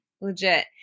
Legit